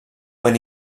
when